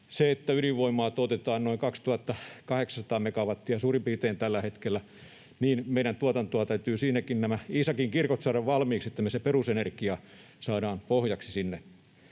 Kun ydinvoimaa tuotetaan noin 2 800 megawattia suurin piirtein tällä hetkellä, niin meidän tuotannossammekin täytyy nämä iisakinkirkot saada valmiiksi, että me se perusenergia saadaan pohjaksi sinne.